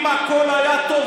אם הכול היה טוב,